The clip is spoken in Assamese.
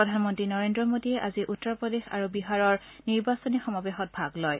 প্ৰধানমন্তী নৰেন্দ্ৰ মোডীয়ে আজি উত্তৰ প্ৰদেশ আৰু বিহাৰৰ নিৰ্বাচনী সমাৱেশত ভাগ লয়